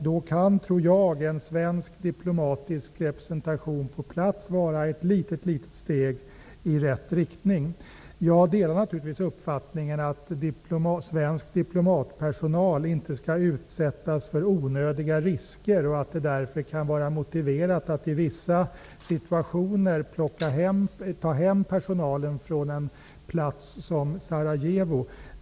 Jag tror att en svensk diplomatisk representation på plats kan vara ett litet steg i rätt riktning. Jag delar naturligtvis uppfattningen att svensk diplomatpersonal inte skall utsättas för onödiga risker och att det därför kan vara motiverat att i vissa situationer ta hem personalen från en plats som Sarajevo.